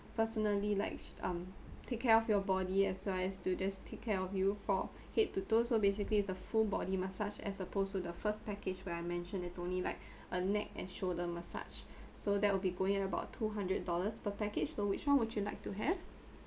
personally likes um take care of your body as well as to just take care of you for head to toe so basically is a full body massage as opposed to the first package where I mentioned is only like a neck and shoulder massage so that will be going about two hundred dollars per package so which one would you like to have